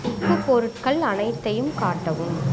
உப்புப் பொருட்கள் அனைத்தையும் காட்டவும்